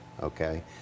okay